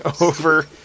over